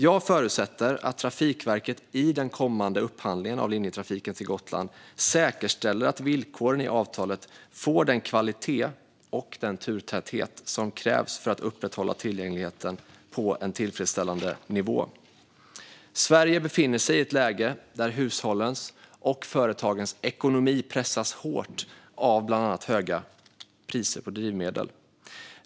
Jag förutsätter att Trafikverket i den kommande upphandlingen av linjetrafiken till Gotland säkerställer att villkoren i avtalet får den kvalitet och den turtäthet som krävs för att upprätthålla tillgängligheten på en tillfredsställande nivå. Sverige befinner sig i ett läge där hushållens och företagens ekonomi pressas hårt av bland annat höga priser på drivmedel.